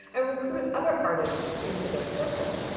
and recruit other artists into their circle.